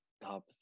top